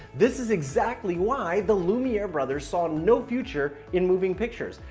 this is exactly why the lumiere brothers saw no future in moving pictures.